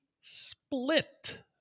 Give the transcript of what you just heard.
split